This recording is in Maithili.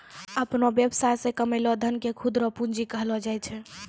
अपनो वेवसाय से कमैलो धन के खुद रो पूंजी कहलो जाय छै